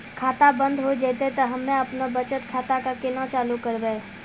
खाता बंद हो जैतै तऽ हम्मे आपनौ बचत खाता कऽ केना चालू करवै?